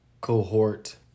cohort